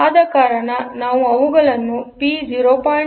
ಆದ ಕಾರಣ ನಾವು ಅವುಗಳನ್ನು ಪಿ 0